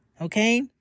Okay